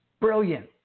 brilliant